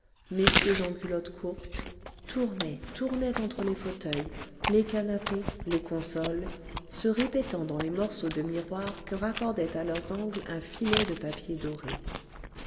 messieurs en culotte courte tournaient tournaient entre les fauteuils les canapés les consoles se répétant dans les morceaux de miroir que raccordait à leurs angles un filet de papier doré